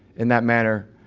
in that manner,